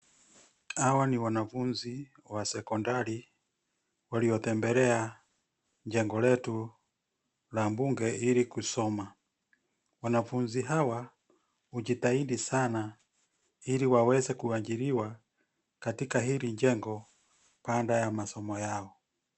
Hawa ni wanafunzi wa sekondari waliotembelea jengo letu la bunge ili kusoma. Wanafunzi hawa hujitahidi sana ili waweze kuajiriwa katika hili jengo baada ya masomo yao.